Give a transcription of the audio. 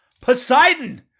Poseidon